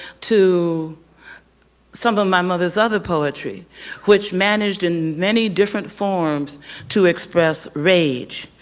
to some of my mother's other poetry which managed in many different forms to express rage.